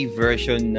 version